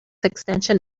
extension